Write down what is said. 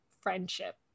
friendship